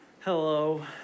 Hello